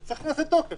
זה צריך להיות בתוקף.